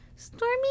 stormy